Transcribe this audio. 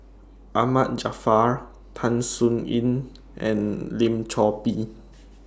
Ahmad Jaafar Tan Sin Aun and Lim Chor Pee